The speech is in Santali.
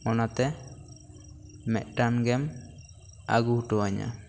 ᱚᱱᱟᱛᱮ ᱢᱤᱫᱴᱟᱝ ᱜᱮᱢ ᱟᱹᱜᱩ ᱦᱚᱴᱚ ᱟᱹᱧᱟ